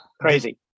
crazy